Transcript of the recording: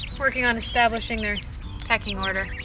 working on establishing their pecking order.